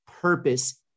purpose